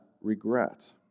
regret